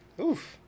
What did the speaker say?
Oof